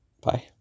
Bye